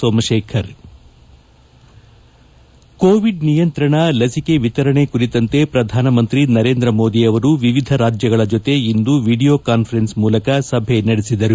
Somashekhar Covid ನಿಯಂತ್ರಣ ಲಸಿಕೆ ವಿತರಣೆ ಕುರಿತಂತೆ ಪ್ರಧಾನಮಂತ್ರಿ ನರೇಂದ್ರ ಮೋದಿ ಅವರು ವಿವಿಧ ರಾಜ್ಜಗಳ ಜತೆ ಇಂದು ವಿಡಿಯೋ ಕಾನ್ಫರನ್ಸ್ ಮೂಲಕ ಸಭೆ ನಡೆಸಿದರು